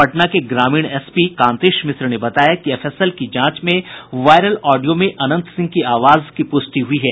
पटना के ग्रामीण एसपी कांतेश मिश्र ने बताया कि एफएसएल की जांच में वायरल ऑडियो में अनंत सिंह की आवाज की पुष्टि हुई है